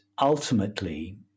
ultimately